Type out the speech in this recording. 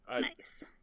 nice